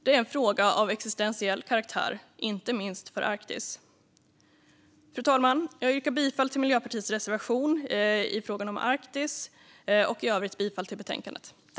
Det är en fråga av existentiell karaktär, inte minst för Arktis. Fru talman! Jag yrkar bifall till Miljöpartiets reservation 13 i fråga om Arktis och i övrigt bifall till betänkandet.